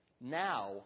Now